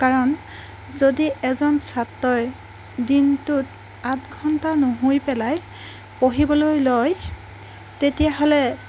কাৰণ যদি এজন ছাত্ৰই দিনটোত আঠ ঘণ্টা নুশুই পেলাই পঢ়িবলৈ লয় তেতিয়াহ'লে